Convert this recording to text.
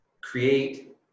Create